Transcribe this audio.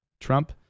Trump